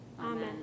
Amen